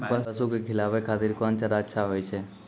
पसु के खिलाबै खातिर कोन चारा अच्छा होय छै?